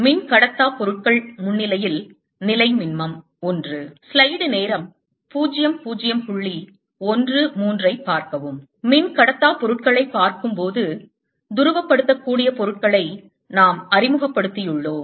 மின்கடத்தா பொருட்கள் முன்னிலையில் நிலைமின்மம் I மின்கடத்தா பொருட்களைப் பார்க்கும்போது துருவப்படுத்தக்கூடிய பொருட்களை நாம் அறிமுகப்படுத்தியுள்ளோம்